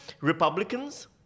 Republicans